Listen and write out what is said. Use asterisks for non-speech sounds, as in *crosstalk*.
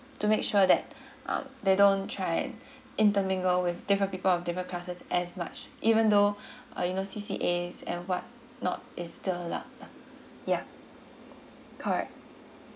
to make sure that *breath* um they don't try and intermingle with different people of different classes as much even though *breath* uh you know C_C_A and what not is still yeah correct